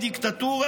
מדיקטטורה,